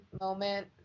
moment